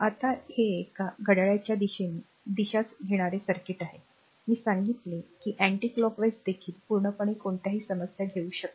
आता हे एक घड्याळाच्या दिशेने दिशा घेणारे सर्किट आहे मी सांगितले की अँटी क्लॉक वाइज देखील पूर्णपणे कोणतीही समस्या घेऊ शकते